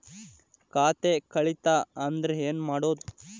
ಖಾತೆ ಕಳಿತ ಅಂದ್ರೆ ಏನು ಮಾಡೋದು?